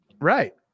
Right